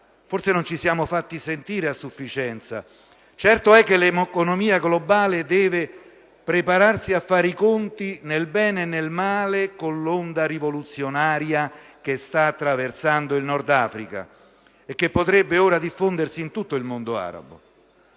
forse non ci siamo fatti sentire a sufficienza. Certo è che l'economia globale deve prepararsi a fare i conti, nel bene e nel male, con l'onda rivoluzionaria che sta attraversando il Nord Africa e che potrebbe ora diffondersi in tutto il mondo arabo.